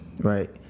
Right